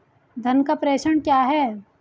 धन का प्रेषण क्या है?